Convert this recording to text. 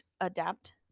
adapt